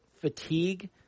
fatigue